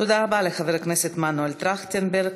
תודה רבה לחבר הכנסת מנואל טרכטנברג.